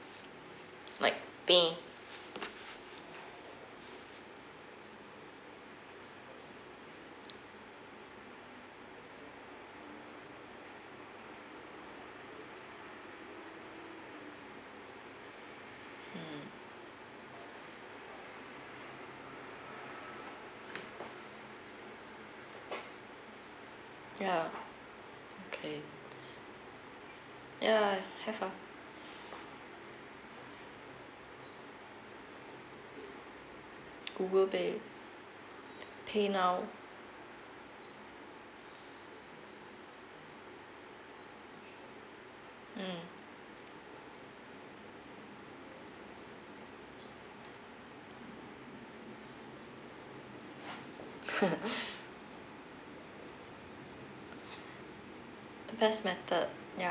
like pay mm ya okay ya have ah google pay paynow mm best method ya